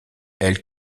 elle